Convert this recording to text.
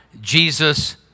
Jesus